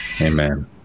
Amen